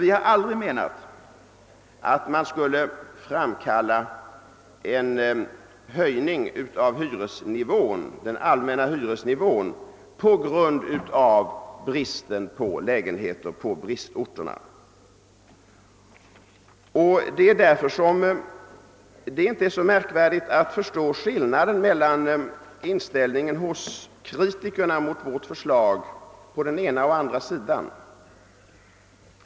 Vi har däremot aldrig avsett att man skulle framkalla en höjning av den allmänna hyresnivån på grund av bristen på lägenheter i bristorterna. Det är inte så svårt att förstå skillnaden mellan inställningarna hos kritikerna av vårt förslag på den ena och på den andra sidan.